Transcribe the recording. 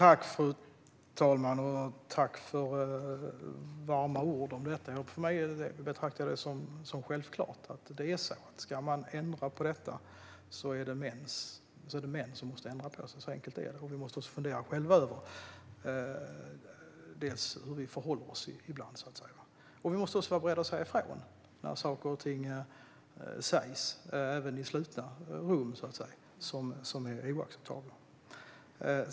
Fru talman! Tack för de varma orden, Linda Snecker! För mig är det självklart att om man ska ändra på detta är det män som måste ändra på sig - så enkelt är det. Vi måste också själva fundera över hur vi förhåller oss ibland. Vi måste vara beredda att säga ifrån när det sägs saker och ting som är oacceptabla, även när det sker i slutna rum.